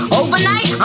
overnight